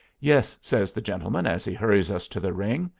yes, says the gentleman, as he hurries us to the ring.